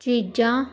ਚੀਜ਼ਾ